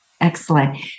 Excellent